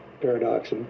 Paradox